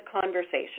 conversation